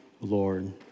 Lord